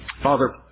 Father